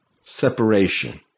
separation